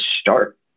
start